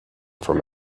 from